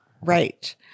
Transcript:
Right